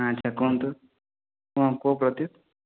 ଆଚ୍ଛା କୁହନ୍ତୁ ହଁ କୁହ ପ୍ରତ୍ୟୁଷ